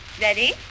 Ready